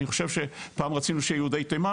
אני חושב שפעם רצינו שיהודי תימן ותוניסיה